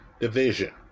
division